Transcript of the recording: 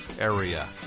area